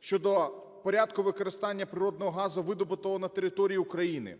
щодо порядку використання природного газу, видобутого на території України;